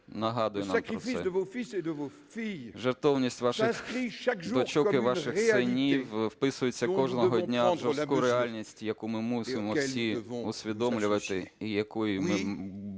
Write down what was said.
нагадує нам про це. Жертовність ваших дочок і ваших синів вписується кожного дня в жорстку реальність, яку ми мусимо всі усвідомлювати і якої ми маємо бути